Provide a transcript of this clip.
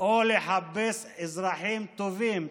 או לחפש אזרחים טובים,